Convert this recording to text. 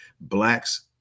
Blacks